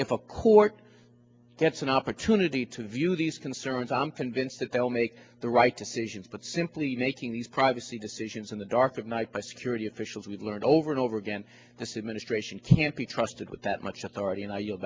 a court gets an opportunity to view these concerns i am convinced that they will make the right decisions but simply making these privacy decisions in the dark of night by security officials we've learned over and over again the same ministration can't be trusted with that much authority and i you